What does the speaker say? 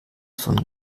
von